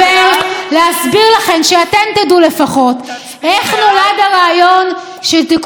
שאתן תדעו לפחות איך נולד הרעיון של תיקון חוקתי שאינו חוקתי.